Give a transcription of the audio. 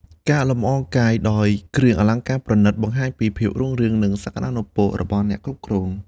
ការលម្អកាយដោយគ្រឿងអលង្ការប្រណីត បង្ហាញពីភាពរុងរឿង និងសក្តានុពលរបស់អ្នកគ្រប់គ្រង។